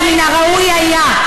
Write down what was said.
אז מן הראוי היה,